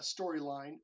storyline